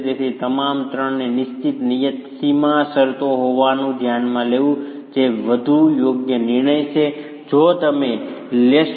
તેથી તમામ 3 ને નિશ્ચિત નિયત સીમા શરતો હોવાને ધ્યાનમાં લેવું એ વધુ યોગ્ય નિર્ણય છે જે તમે લેશો